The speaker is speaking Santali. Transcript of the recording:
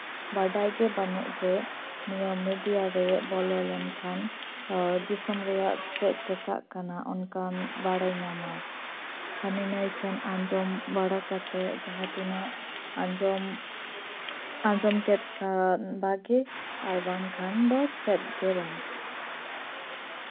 ᱵᱟᱰᱟᱭ ᱜᱮ ᱵᱟᱹᱱᱩᱜ ᱡᱮ ᱱᱚᱣᱟ ᱢᱮᱰᱤᱭᱟ ᱨᱮ ᱵᱚᱞᱚ ᱞᱮᱱᱠᱷᱟᱱ ᱮᱸᱻ ᱫᱤᱥᱚᱢ ᱨᱮᱭᱟᱜ ᱪᱮᱫ ᱪᱤᱠᱟᱹᱜ ᱠᱟᱱᱟ ᱚᱱᱠᱟ ᱵᱟᱲᱟᱭ ᱧᱟᱢᱟ ᱦᱟᱹᱱᱤᱼᱱᱟᱹᱭ ᱴᱷᱮᱱ ᱟᱸᱡᱚᱢ ᱵᱟᱲᱟ ᱠᱟᱛᱮ ᱡᱟᱦᱟᱸᱛᱤᱱᱟᱹᱜ ᱟᱸᱡᱚᱢ ᱟᱸᱡᱚᱢ ᱠᱮᱫᱠᱷᱟᱱ ᱵᱷᱟᱹᱜᱤ ᱟᱨ ᱵᱟᱝᱠᱷᱟᱱ ᱫᱚ ᱪᱮᱫᱜᱮ ᱵᱟᱝ